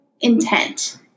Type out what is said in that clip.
intent